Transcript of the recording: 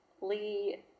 Lee